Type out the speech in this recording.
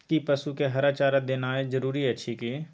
कि पसु के हरा चारा देनाय जरूरी अछि की?